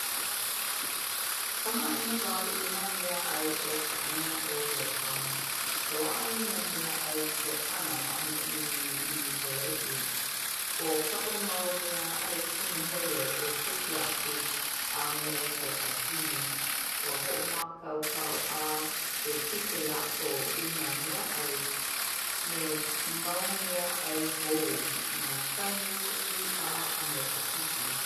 Kamaʻaina wau i nā mea ʻai o ka ʻaina o Iāpana. Loaʻa i nā mea ʻai Iāpana maʻaneʻi nei i Hawaiʻi. ʻO kaʻu mau mea ʻai punahele ʻo sukiyaki a me ka sashimi. Ua hoʻomākaukau a e kuke lākou i nā mea ʻai me mau mea ʻai hou nā kanu, iʻa, a me ka pipi.